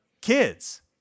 kids